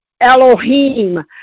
Elohim